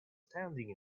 standing